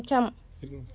మంచం